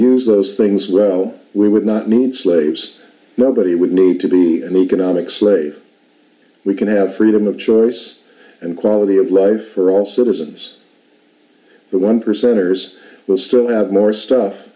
use those things well we would not need slaves nobody would need to be an economic slave we can have freedom of choice and quality of life for all citizens but one percenters will still have more stuff